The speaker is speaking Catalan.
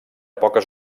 poques